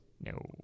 No